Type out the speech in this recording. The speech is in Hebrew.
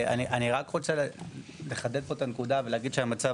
אני רק רוצה לחדד פה את הנקודה ולהגיד שהמצב